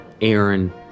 Aaron